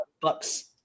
bucks